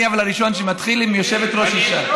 אבל אני הראשון שמתחיל עם יושבת-ראש אישה.